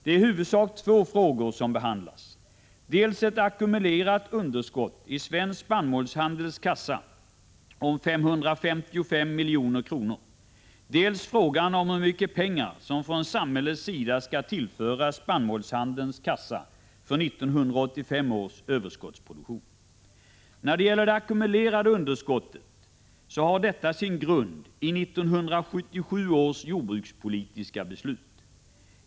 Det är i huvudsak två frågor som behandlas: Dels ett ackumulerat underskott i svensk spannmålshandels kassa om 555 milj.kr., dels frågan om hur mycket pengar som från samhällets sida skall tillföras spannmålshandelns kassa för 1985 års överskottsproduktion. Det ackumulerade underskottet har sin grund i 1977 års jordbrukspolitiska beslut.